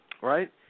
right